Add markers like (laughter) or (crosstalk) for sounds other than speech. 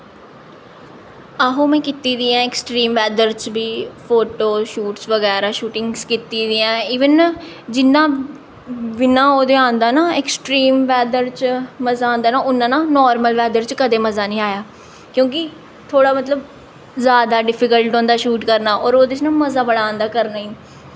आहो में कीती दी ऐ ऐक्सट्रीम वैदर च बी फोटोशूट बगैरा शूटिंग्स कीती दी ऐ इवन ना जिन्ना (unintelligible) ओह् आंदा ना ऐक्ट्रीम वैदर च मज़ा आंदा ना उन्ना नां नार्मल वैदर च कदें मज़ा निं आया क्योंकि थोह्ड़ा मतलब जादा डिफिकलट होंदा शूट करने गी ते ओह्दे च ना मज़ा बड़ा आंदा ऐ करने गी